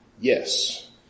Yes